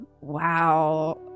wow